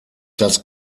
das